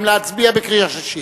האם להצביע בקריאה שלישית?